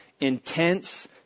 Intense